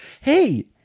Hey